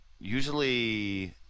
usually